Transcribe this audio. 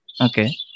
okay